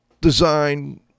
design